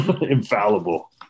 infallible